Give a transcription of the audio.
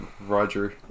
Roger